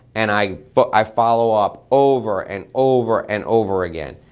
and i but i follow up over and over and over again.